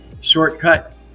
shortcut